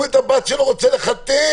הוא את הבת שלו רוצה לחתן.